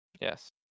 Yes